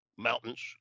mountains